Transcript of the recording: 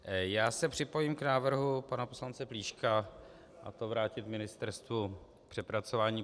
Já se připojím k návrhu pana poslance Plíška, a to vrátit ministerstvu k přepracování.